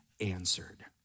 answered